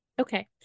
Okay